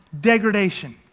degradation